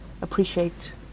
appreciate